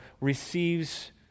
receives